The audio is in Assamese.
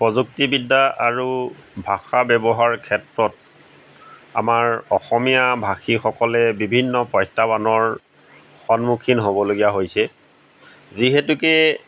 প্ৰযুক্তি বিদ্যা আৰু ভাষা ব্যৱহাৰৰ ক্ষেত্ৰত আমাৰ অসমীয়া ভাষীসকলে বিভিন্ন প্ৰত্যাহ্বানৰ সন্মুখীন হ'বলগীয়া হৈছে যিহেতুকে